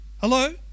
Hello